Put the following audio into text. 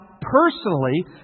personally